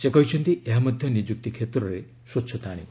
ସେ କହିଛନ୍ତି ଏହା ମଧ୍ୟ ନିଯୁକ୍ତି କ୍ଷେତ୍ରରେ ସ୍ପଚ୍ଛତା ଆଶିବ